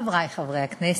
חברי חברי הכנסת,